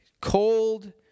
Cold